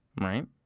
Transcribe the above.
Right